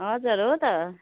हजुर हो त